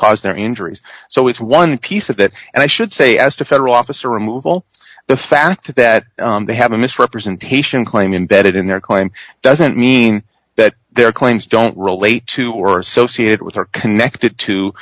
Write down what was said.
caused their injuries so it's one piece of that and i should say asked a federal officer removal the fact that they have a misrepresentation claim embedded in their claim doesn't mean that their claims don't relate to or associated with or connected to